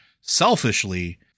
selfishly